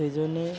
সেই জন্যেই